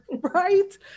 right